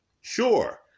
Sure